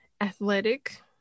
athletic